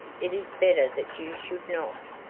it is better that you should not.